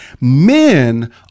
Men